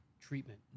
treatment